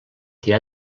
tirar